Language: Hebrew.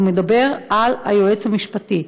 הוא מדבר על היועץ המשפטי.